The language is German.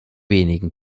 wenigen